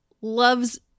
loves